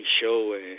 show